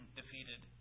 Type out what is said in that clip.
defeated